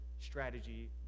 strategy